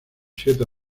siete